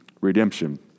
redemption